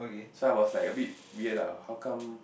so I was like a bit weird lah how come